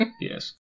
Yes